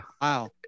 Wow